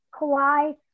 Kawhi